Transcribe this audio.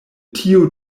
tiu